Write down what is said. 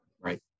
Right